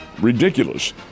ridiculous